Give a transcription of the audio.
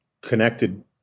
connected